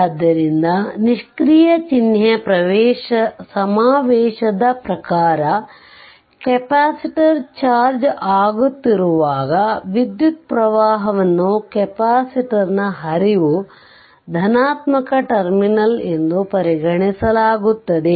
ಆದ್ದರಿಂದ ನಿಷ್ಕ್ರಿಯ ಚಿಹ್ನೆ ಸಮಾವೇಶದ ಪ್ರಕಾರ ಕೆಪಾಸಿಟರ್ ಚಾರ್ಜ್ ಆಗುತ್ತಿರುವಾಗ ವಿದ್ಯುತ್ ಪ್ರವಾಹವನ್ನು ಕೆಪಾಸಿಟರ್ನ ಹರಿವು ಧನಾತ್ಮಕ ಟರ್ಮಿನಲ್ ಎಂದು ಪರಿಗಣಿಸಲಾಗುತ್ತದೆ